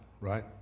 right